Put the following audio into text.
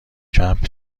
کمپ